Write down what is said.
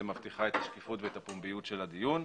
מבטיחה את השקיפות ואת הפומביות של הדיון.